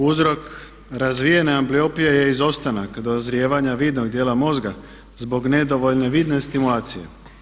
Uzrok razvijene ambliopije je izostanak dozrijevanja vidnog dijela mozga zbog nedovoljne vidne stimulacije.